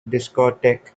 discotheque